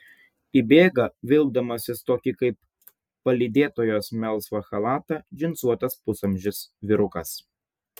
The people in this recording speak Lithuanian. įbėga vilkdamasis tokį kaip palydėtojos melsvą chalatą džinsuotas pusamžis vyrukas